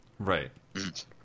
Right